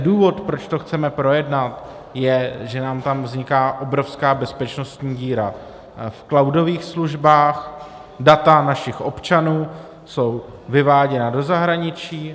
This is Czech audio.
Důvod, proč to chceme projednat, je, že nám tam vzniká obrovská bezpečnostní díra v cloudových službách, data našich občanů jsou vyváděna do zahraničí.